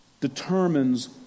determines